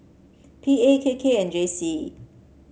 P A K K and J C